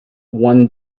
one